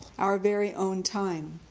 our very own time.